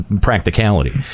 practicality